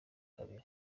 kabiri